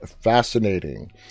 fascinating